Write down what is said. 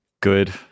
good